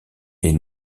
est